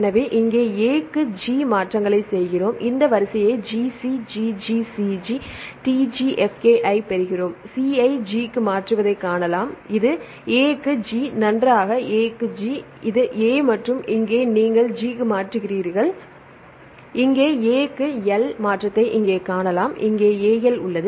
எனவே இங்கே A க்கு G க்கு மாற்றங்களைச் செய்கிறோம் இந்த வரிசையை GC G GC G CTG FKI பெறுகிறோம் C ஐ G க்கு மாற்றுவதைக் காணலாம் இது A க்கு G நன்றாக A க்கு G இது A மற்றும் இங்கே நீங்கள் G க்கு மாறுகிறீர்கள் இங்கே A க்கு L க்கு மாற்றத்தை இங்கே காணலாம் இங்கே AL உள்ளது